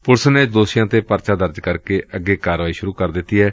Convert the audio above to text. police ਨੇ ਦੋਸ਼ੀਆਂ ਤੇ ਪਰਚਾ ਦਰਜ ਕਰਕੇ ਅੱਗੇ ਦੀ ਕਾਰਵਾਈ ਸੁਰੂ ਕਰ ਦਿੱਤੀ ਏ